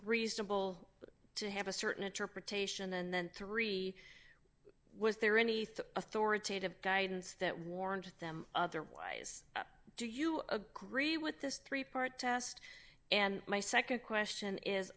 reasonable to have a certain interpretation and then three was there anything authoritative guidance that warned them otherwise do you agree with this three part test and my nd question is